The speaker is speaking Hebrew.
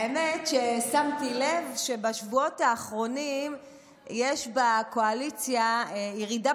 האמת ששמתי לב שבשבועות האחרונים יש בקואליציה ירידה